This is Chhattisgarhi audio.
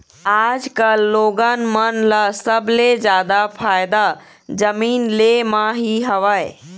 आजकल लोगन मन ल सबले जादा फायदा जमीन ले म ही हवय